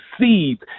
seeds